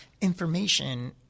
information